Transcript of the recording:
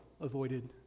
avoided